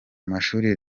amashuri